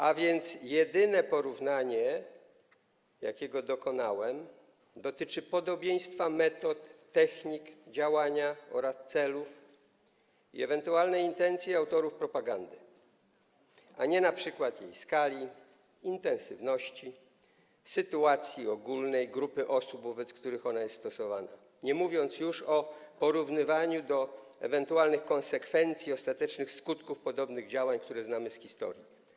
A więc jedyne porównanie, jakiego dokonałem, dotyczy podobieństwa metod, technik działania oraz celów i ewentualnej intencji autorów propagandy, a nie np. jej skali, intensywności, sytuacji ogólnej grupy osób, wobec których jest ona stosowana, nie mówiąc już o porównywaniu do ewentualnych konsekwencji, ostatecznych skutków podobnych działań, które znamy z historii.